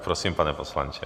Prosím, pane poslanče.